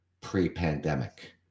pre-pandemic